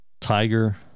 Tiger